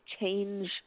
change